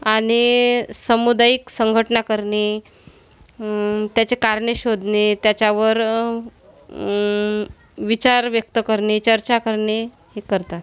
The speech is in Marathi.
आणि समुदायिक संघटना करणे त्याचे कारणे शोधणे त्याच्यावर विचार व्यक्त करणे चर्चा करणे हे करतात